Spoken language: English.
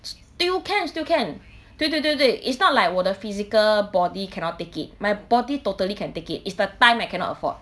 still can still can 对对对对 it's not like 我的 physical body cannot take it my body totally can take it's the time I cannot afford